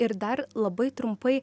ir dar labai trumpai